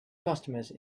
customers